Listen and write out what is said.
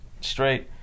straight